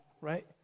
right